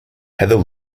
heather